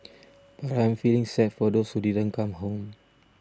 but I am feeling sad for those who didn't come home